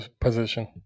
position